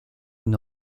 une